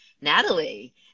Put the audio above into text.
natalie